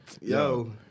Yo